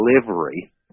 delivery